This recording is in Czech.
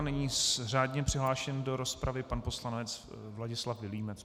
Nyní řádně přihlášený do rozpravy pan poslanec Vladislav Vilímec.